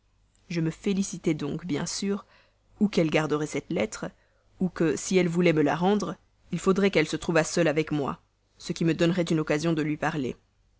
je me félicitais donc bien sûr ou qu'elle garderait cette lettre ou que si elle voulait me la rendre il faudrait qu'elle se trouvât seule avec moi ce qui me donnerait une occasion de lui parler